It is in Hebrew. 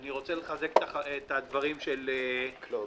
אני רוצה לחזק את הדברים של קלוד